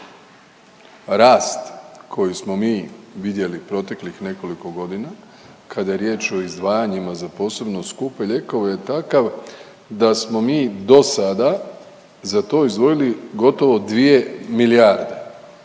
Rast koji smo mi vidjeli proteklih nekoliko godina kada je riječ o izdvajanjima za posebno skupe lijekove je takav da smo mi dosada za to izdvojili gotovo 2 milijarde,